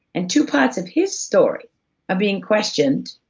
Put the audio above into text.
and two parts of his story are being questioned,